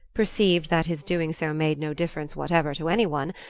perceived that his doing so made no difference whatever to any one,